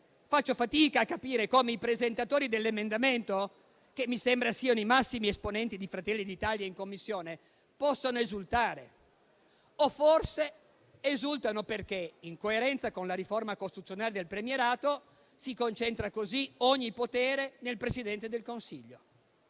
faccio fatica a capire come i presentatori dell'emendamento, che mi sembra siano i massimi esponenti di Fratelli d'Italia in Commissione, possano esultare. O forse esultano perché, in coerenza con la riforma costituzionale del premierato, si concentra così ogni potere nel Presidente del Consiglio.